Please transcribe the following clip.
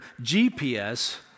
GPS